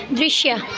दृश्य